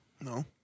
No